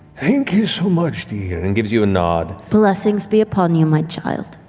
thank you so much, dear, and gives you a nod blessings be upon you, my child.